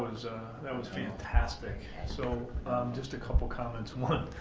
that was fantastic, so just a couple comments. one,